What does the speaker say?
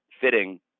fitting